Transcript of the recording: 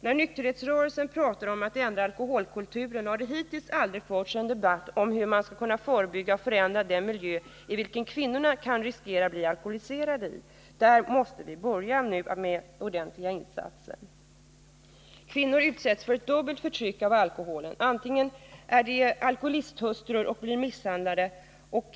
När nykterhetsrörelsen talar om att ändra alkoholkulturen har det hittills aldrig förts en debatt om hur man skall kunna förebygga och förändra den miljö i vilken kvinnorna kan riskera att bli alkoholiserade. Vi måste nu börja med att göra ordentliga insatser på det området. Kvinnor utsätts för ett dubbelt förtryck av alkoholen, dels som alkoholisthustrur, som blir misshandlade, dels som alkoholmissbrukare.